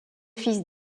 fils